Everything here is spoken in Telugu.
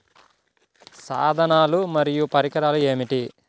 సాధనాలు మరియు పరికరాలు ఏమిటీ?